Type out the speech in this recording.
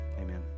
Amen